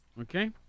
Okay